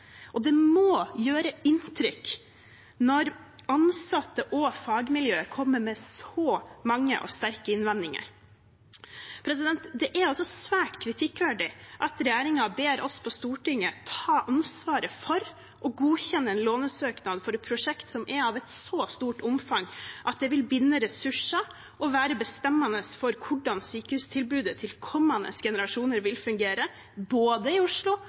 og det må gjøre inntrykk når ansatte og fagmiljø kommer med så mange og sterke innvendinger. Det er svært kritikkverdig at regjeringen ber oss på Stortinget ta ansvaret for å godkjenne en lånesøknad for et prosjekt som er av et så stort omfang at det vil binde ressurser og være bestemmende for hvordan sykehustilbudet til kommende generasjoner vil fungere både i Oslo